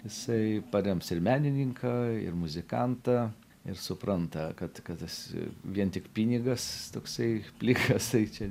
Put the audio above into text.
jisai parems ir menininką ir muzikantą ir supranta kad kad tas vien tik pinigas toksai plikas tai čia